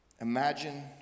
Imagine